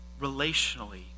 relationally